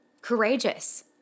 courageous